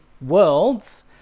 worlds